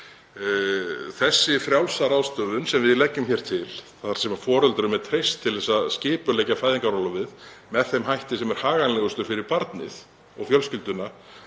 Þessi frjálsa ráðstöfun sem við leggjum hér til, þar sem foreldrum er treyst til að skipuleggja fæðingarorlofið með þeim hætti sem er haganlegastur fyrir barnið og fjölskylduna,